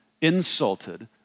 insulted